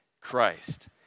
Christ